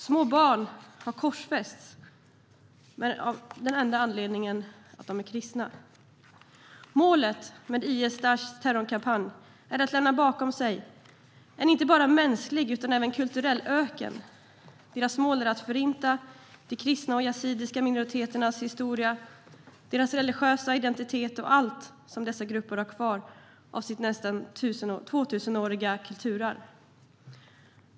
Små barn har korsfästs av den enda anledningen att de är kristna. Målet med IS/Daishs terrorkampanj är att lämna bakom sig en inte bara mänsklig utan även kulturell öken. Deras mål är att förinta de kristna och yazidiska minoriteternas historia, deras religiösa identitet och allt som dessa grupper har kvar av sitt nästan tvåtusenåriga kulturarv.